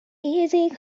easy